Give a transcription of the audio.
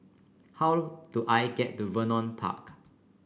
how do I get to Vernon Park